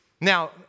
Now